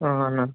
అన్న